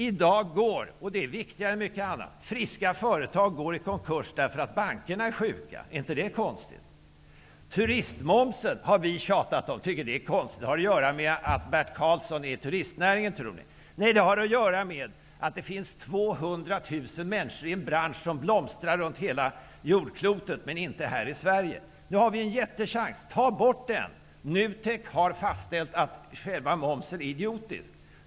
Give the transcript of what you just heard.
I dag går -- det är viktigare än mycket annat -- friska företag i konkurs därför att bankerna är sjuka. Är inte det konstigt? Turistmomsen har vi tjatat om. Ni tror att det har att göra med att Bert Karlsson är verksam i turistnäringen. Nej, det har att göra med att det finns 200 000 människor i en bransch som blomstrar runt hela jordklotet men inte här i Sverige. Nu har vi en jättechans: Ta bort momsen! NUTEK har fastställt att själva momsen är idiotisk.